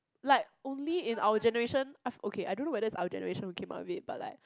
like only in our generation okay I don't know whether is our generation who came out with it but like